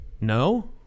no